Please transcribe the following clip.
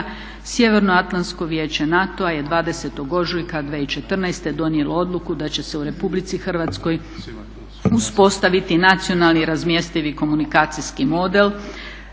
Sjevernoatlantsko vijeće NATO-a je 20. ožujka 2014. donijelo odluku da će se u Republici Hrvatskoj uspostaviti nacionalni razmjestivi komunikacijski model